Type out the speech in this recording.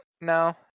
no